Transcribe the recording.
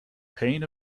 pain